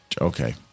Okay